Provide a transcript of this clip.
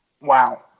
Wow